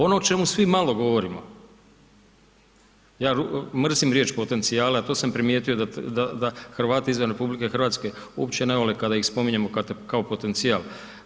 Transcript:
Ono o čemu svi malo govorimo, ja mrzim riječ „potencijale“, a to sam primijetio da Hrvati izvan RH uopće ne vole kada ih spominjemo kao potencijal.